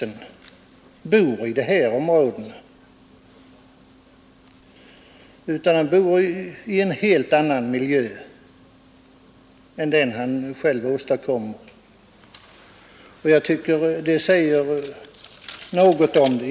Han bor för det mesta i en helt annan miljö än den han själv åstadkommer, och det säger något om situationen.